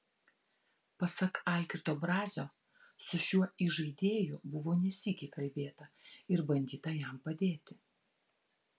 pasak algirdo brazio su šiuo įžaidėju buvo ne sykį kalbėta ir bandyta jam padėti